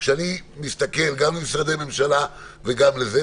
אני פונה גם למשרדי הממשלה וגם ליועץ המשפטי,